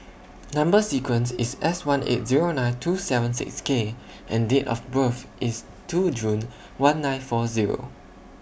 Number sequence IS S one eight Zero nine two seven six K and Date of birth IS two June one nine four Zero